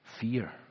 Fear